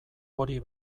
hori